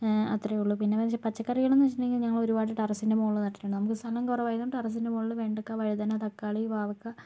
അത്രയേ ഉള്ളൂ പിന്നെ എന്നുവെച്ചാൽ പച്ചക്കറികള്ന്ന് വെച്ചിട്ടുണ്ടെങ്കിൽ ഞങ്ങള് ഒരുപാട് ടെറസിൻ്റെ മുകളില് നട്ടിട്ടുണ്ട് നമുക്ക് സ്ഥലം കുറവായതുകൊണ്ട് ടെറസിന്റെ മോളില് വെണ്ടയ്ക്ക വഴുതന തക്കാളി പാവക്ക